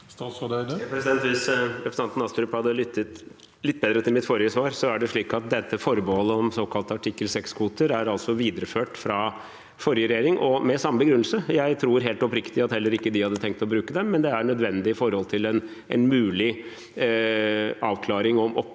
Hvis repre- sentanten Astrup hadde lyttet litt bedre til mitt forrige svar, er det slik at dette forbeholdet om såkalte artikkel 6-kvoter er videreført fra forrige regjering og med samme begrunnelse. Jeg tror helt oppriktig at heller ikke den hadde tenkt å bruke det, men dette er nødvendig til en mulig avklaring om det